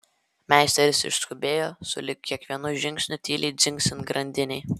meisteris išskubėjo sulig kiekvienu žingsniu tyliai dzingsint grandinei